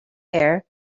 air